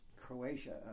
Croatia